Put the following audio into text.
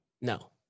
No